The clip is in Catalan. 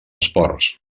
esports